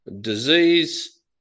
Disease